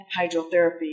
hydrotherapy